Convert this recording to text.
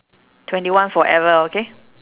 twenty one forever okay